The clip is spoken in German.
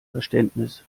verständnis